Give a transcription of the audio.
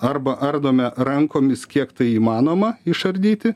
arba ardome rankomis kiek tai įmanoma išardyti